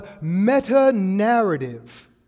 meta-narrative